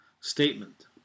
statement